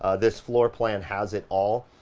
ah this floorplan has it all,